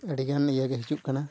ᱟᱹᱰᱤ ᱜᱟᱱ ᱤᱭᱟᱹ ᱜᱮ ᱦᱤᱡᱩᱜ ᱠᱟᱱᱟ